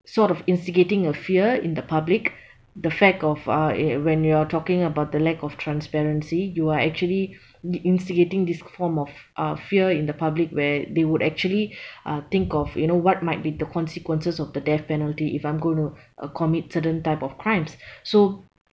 sort of instigating the fear in the public the fact of uh e~ when you are talking about the lack of transparency you are actually in~ instigating this form of uh fear in the public where they would actually uh think of you know what might be the consequences of the death penalty if I'm going to uh commit certain type of crimes so